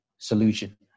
solution